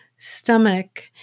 stomach